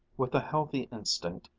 with a healthy instinct,